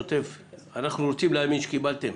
את השוטף אנחנו רוצים להאמין שקיבלתם